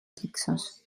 texas